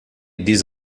diz